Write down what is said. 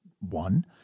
one